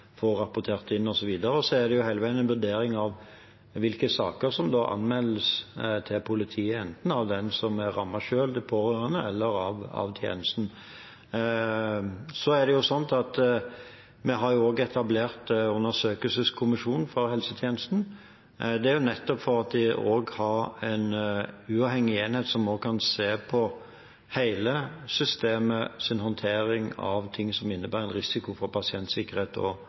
får rapportert inn, osv. Så er det hele veien en vurdering av hvilke saker som anmeldes til politiet, enten av den som er rammet selv, de pårørende eller tjenesten. Vi har også etablert en undersøkelseskommisjon for helse- og omsorgstjenesten. Det er nettopp for å ha en uavhengig enhet som kan se på hele systemets håndtering av det som innebærer en risiko for pasientsikkerhet og